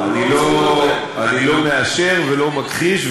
אני לא מאשר ולא מכחיש,